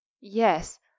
Yes